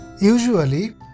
usually